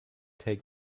take